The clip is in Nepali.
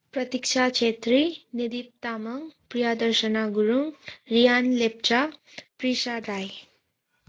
प्रतीक्षा छेत्री निलीप तामाङ प्रियादर्शना गुरुङ रियान लेप्चा प्रिसा राई